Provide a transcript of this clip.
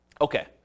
Okay